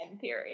theory